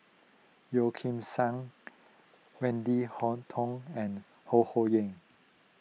Yeo Kim Seng Wendy Hutton and Ho Ho Ying